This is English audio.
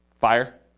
Fire